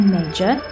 Major